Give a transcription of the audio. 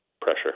pressure